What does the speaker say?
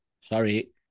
Sorry